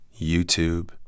YouTube